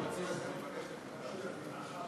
אני מבקש בחוקה.